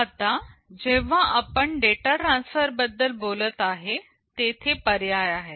आता जेव्हा आपण डेटा ट्रांसफर बद्दल बोलत आहे तेथे पर्याय आहेत